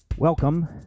Welcome